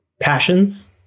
passions